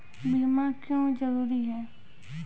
बीमा क्यों जरूरी हैं?